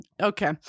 Okay